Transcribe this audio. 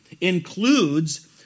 includes